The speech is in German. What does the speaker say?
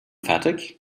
fertig